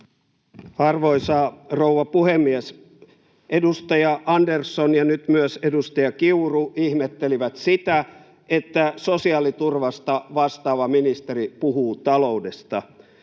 Arvoisa rouva puhemies! Edustaja Andersson ja nyt myös edustaja Kiuru ihmettelivät sitä, että sosiaaliturvasta vastaava ministeri puhuu taloudesta.